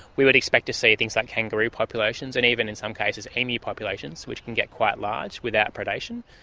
we would expect to see things like kangaroo populations and even in some cases emu populations which can get quite large without predation,